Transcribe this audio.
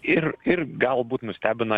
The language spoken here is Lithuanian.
ir ir galbūt nustebino